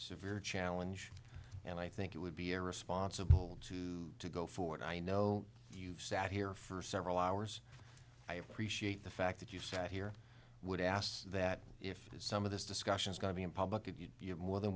severe challenge and i think it would be irresponsible to go forward i know you've sat here for several hours i appreciate the fact that you sat here would ask that if some of this discussion is going to be in public and you you have more than